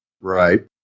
Right